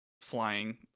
flying